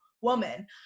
woman